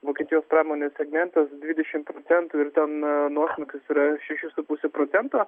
vokietijos pramonės segmentas dvidešimt procentų ir ten nuosmukis yra šeši su puse procento